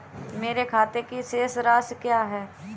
मेरे खाते की शेष राशि क्या है?